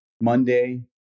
Monday